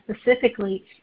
specifically